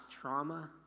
trauma